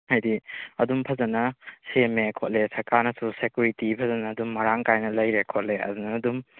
ꯍꯥꯏꯗꯤ ꯑꯗꯨꯝ ꯐꯖꯅ ꯁꯦꯝꯃꯦ ꯈꯣꯠꯂꯦ ꯁꯔꯀꯥꯔꯅꯁꯨ ꯁꯦꯀ꯭ꯌꯨꯔꯤꯇꯤ ꯐꯖꯅ ꯑꯗꯨꯝ ꯃꯔꯥꯡ ꯀꯥꯏꯅ ꯂꯩꯔꯦ ꯈꯣꯠꯂꯦ ꯑꯗꯨꯅ ꯑꯗꯨꯝ